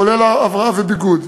כולל הבראה וביגוד.